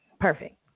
Perfect